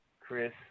Chris